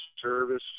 service